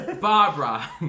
Barbara